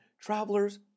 travelers